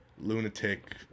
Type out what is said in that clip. lunatic